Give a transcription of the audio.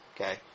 okay